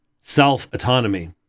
self-autonomy